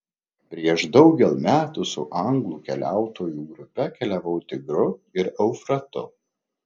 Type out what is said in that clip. prieš daugel metų su anglų keliautojų grupe keliavau tigru ir eufratu